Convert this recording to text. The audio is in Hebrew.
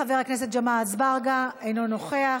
חבר הכנסת ג'מעה אזברגה, אינו נוכח,